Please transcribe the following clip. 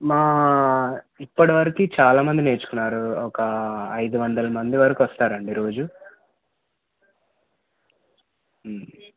మా ఇప్పటివరకి చాలా మంది నేర్చుకున్నారు ఒక ఐదు వందల మంది వరకు వస్తారండి రోజు